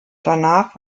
danach